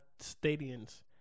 stadiums